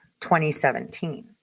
2017